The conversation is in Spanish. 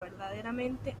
verdaderamente